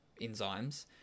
enzymes